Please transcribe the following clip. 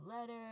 letter